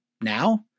now